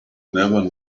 never